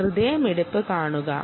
ഹൃദയമിടിപ്പ് ശ്രദ്ധിക്കു